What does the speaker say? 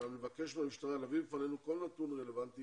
נבקש מהמשטרה להביא בפנינו כל נתון רלוונטי